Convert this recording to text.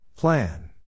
Plan